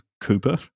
Cooper